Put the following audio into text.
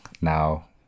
now